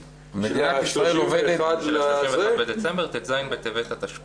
ה-31 בדצמבר, ט"ז בטבת התשפ"א.